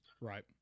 right